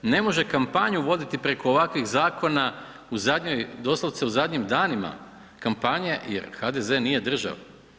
Ne može kampanju voditi preko ovakvih zakona u zadnjoj, doslovce u zadnjim danima kampanje jer HDZ nije država.